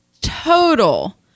total